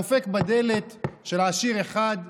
הוא דופק בדלת של עשיר אחד,